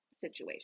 situation